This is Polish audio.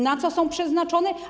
Na co są przeznaczone?